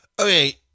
Okay